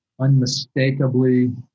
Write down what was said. unmistakably